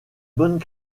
bonnes